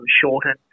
shortened